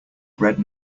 bread